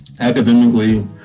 academically